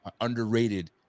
underrated